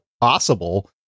possible